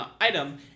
item